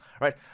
right